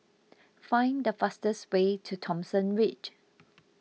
find the fastest way to Thomson Ridge